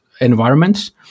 environments